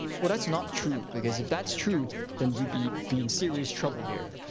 well, that's not true. because if that's true then we'd be be in serious trouble here.